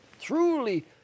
truly